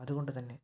അതുകൊണ്ടുതന്നെ